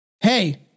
Hey